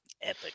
Epic